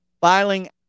filing